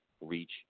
reach